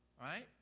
Right